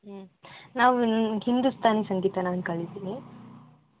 ನಾವು ನ್ ಹಿಂದೂಸ್ತಾನಿ ಸಂಗೀತ ನಾನು ಕಲೀತೀನಿ